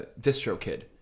DistroKid